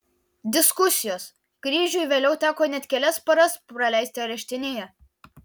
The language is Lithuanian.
diskusijos kryžiui vėliau teko net kelias paras praleisti areštinėje